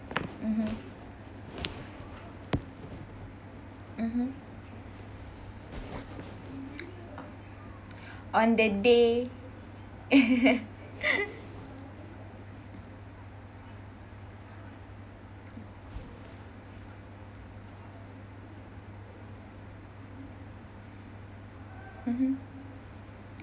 mmhmm mmhmm on the day mmhmm